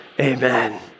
Amen